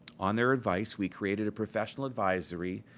on their advice, we created a professional advisory,